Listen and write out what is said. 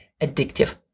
addictive